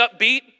upbeat